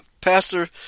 Pastor